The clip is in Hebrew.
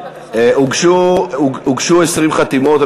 הוגשו 20 חתימות.